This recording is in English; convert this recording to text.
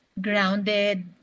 grounded